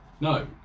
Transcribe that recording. no